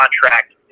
contract